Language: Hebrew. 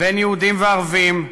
בין יהודים לערבים,